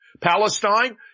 Palestine